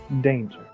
danger